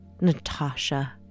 Natasha